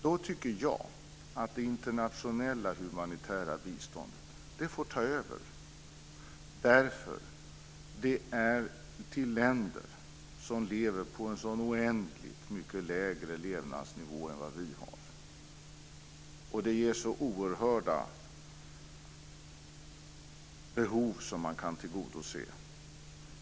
Då tycker jag att det internationella humanitära biståndet får ta över därför att det går till länder som lever på en så oändligt mycket lägre levnadsnivå än vi och det är så oerhörda behov som kan tillgodoses.